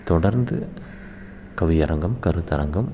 தொடர்ந்து கவியரங்கம் கருத்தரங்கம்